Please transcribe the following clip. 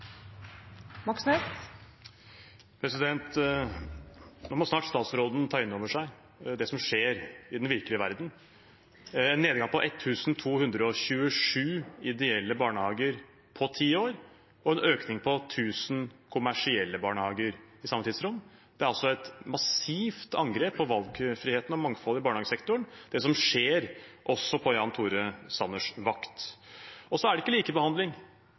Nå må statsråden snart ta inn over seg det som skjer i den virkelige verden. Nedgangen på 1 227 ideelle barnehager på ti år og en økning på 1 000 kommersielle barnehager i samme tidsrom er et massivt angrep på valgfriheten og mangfoldet i barnehagesektoren, og det skjer også på Jan Tore Sanners vakt. Det er ikke likebehandling